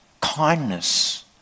kindness